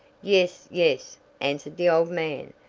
yes, yes, answered the old man,